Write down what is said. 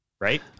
right